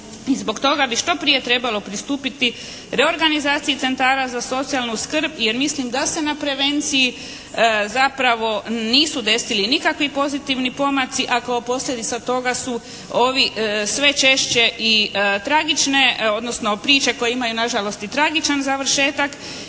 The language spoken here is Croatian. i zbog toga bi što prije trebalo pristupiti reorganizaciji centara za socijalnu skrb jer mislim da se na prevenciji zapravo nisu desili nikakvi pozitivni pomaci a kao posljedica toga su ovi sve češće i tragične odnosno priče koje imaju na žalost i tragičan završetak